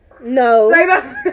No